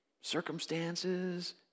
Circumstances